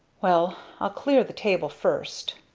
well i'll clear the table first!